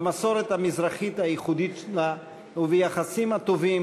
במסורת המזרחית הייחודית שלה וביחסים הטובים